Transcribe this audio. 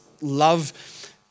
love